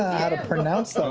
how to pronounce that